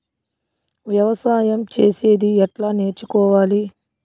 వ్యవసాయం చేసేది ఎట్లా నేర్చుకోవాలి?